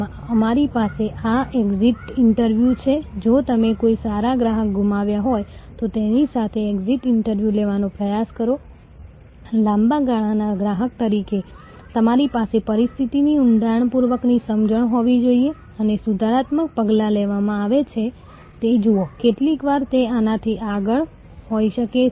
તેથી જો કોઈ ડેટા સેન્ટર ગ્રાહક પ્રથમ કોન્ટ્રાક્ટરનો સંપર્ક કરે છે જે ડેટા સેન્ટરની ટર્નકી સપ્લાય આપશે તે આપમેળે વર્ક સ્ટેશન સપ્લાયર્સ અથવા સર્વર સપ્લાયર્સ અથવા અન્ય નેટવર્કિંગ સાધનો સપ્લાયર્સ અથવા વિશિષ્ટ એર કન્ડીશનીંગ સપ્લાયર સાથે સંપર્કો તરફ દોરી જશે